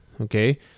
Okay